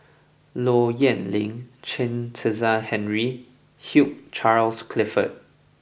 Low Yen Ling Chen Kezhan Henri and Hugh Charles Clifford